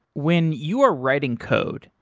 when you are writing code,